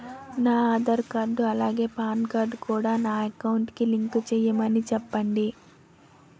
నా ఆధార్ కార్డ్ అలాగే PAN card కూడా నా అకౌంట్ కి లింక్ చేయమని చెప్పండి